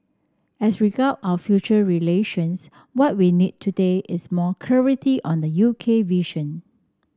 as regard our future relations what we need today is more clarity on the U K vision